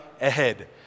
ahead